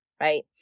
right